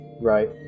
Right